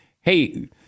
hey